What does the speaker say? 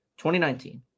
2019